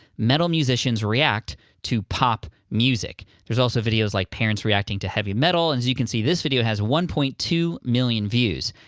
metal musicians react to pop music. there's also videos like parents reacting to heavy metal. and as you can see, this video has one point two million views.